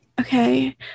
Okay